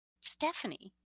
Stephanie